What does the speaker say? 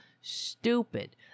stupid